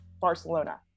Barcelona